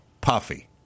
puffy